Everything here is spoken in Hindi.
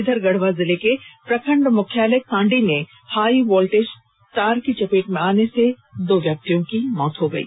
इधर गढ़वा जिले के प्रखंड मुख्यालय कांडी में हाई वोल्टेज तार के चपेट में आने से दो व्यक्तियों की मौत हो गयी